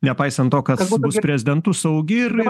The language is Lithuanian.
nepaisant to kad bus prezidentu saugi ir